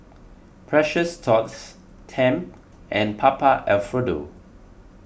Precious Thots Tempt and Papa Alfredo